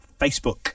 Facebook